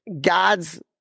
God's